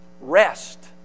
Rest